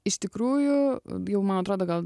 iš tikrųjų bijau man atrodo gal